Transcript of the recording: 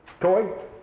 toy